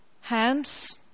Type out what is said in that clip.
Hands